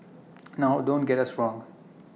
now don't get us wrong